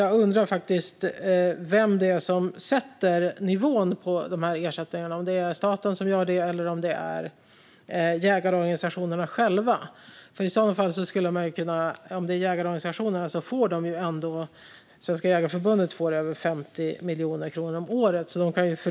Jag undrar vem som sätter nivån på ersättningarna. Är det staten eller jägarorganisationerna själva? Om det är jägarorganisationerna som gör det kan de i så fall fördela pengarna på ett bättre sätt. Svenska Jägareförbundet får ju över 50 miljoner kronor om året.